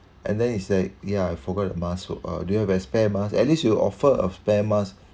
and then it's like ya I forgot the mask do you have a spare mask at least you offer a spare mask